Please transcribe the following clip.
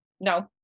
No